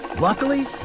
Luckily